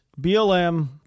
BLM